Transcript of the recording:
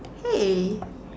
hey